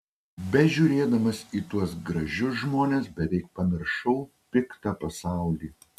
bežiūrėdamas į tuos gražius žmones beveik pamiršau piktą pasaulį